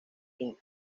sin